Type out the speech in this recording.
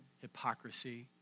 hypocrisy